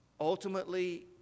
ultimately